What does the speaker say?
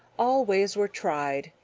all ways were tried,